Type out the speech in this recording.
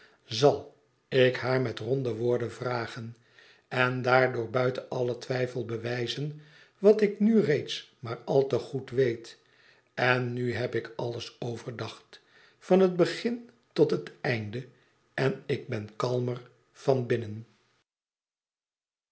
zal ik haar met ronde woorden vragen en daardoor buiten allen twijfel bewijzen wat ik nu reeds maar al te oed weet n nu heb ik alles overdacht van het begin tot het einde en ik ben kalmer